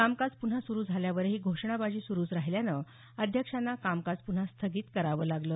कामकाज पुन्हा सुरू झाल्यावरही घोषणाबाजी सुरूच राहिल्यानं अध्यक्षांना कामकाज पुन्हा स्थगित करावं लागलं